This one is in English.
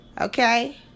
Okay